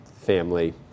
family